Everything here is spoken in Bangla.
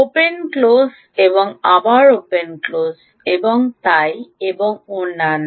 ওপেন ক্লোজ এবং আবার ওপেন ক্লোজ এবং তাই এবং অন্যান্য